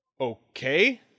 okay